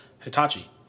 Hitachi